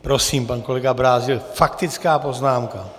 Prosím, pan kolega Brázdil, faktická poznámka.